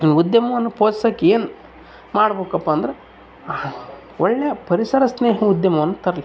ಉದ್ಯಮವನ್ನು ಪೋಷಿಸೋಕ್ ಏನು ಮಾಡ್ಬೇಕಪ್ಪ ಅಂದರೆ ಒಳ್ಳೆ ಪರಿಸರ ಸ್ನೇಹಿ ಉದ್ಯಮವನ್ನು ತರಲಿ